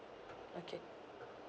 okay